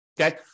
Okay